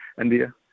India